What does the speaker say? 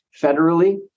federally